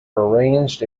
arranged